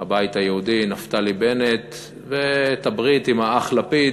הבית היהודי, נפתלי בנט, ואת הברית עם האח לפיד